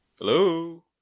Hello